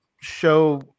show